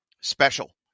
special